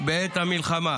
בעת המלחמה.